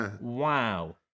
Wow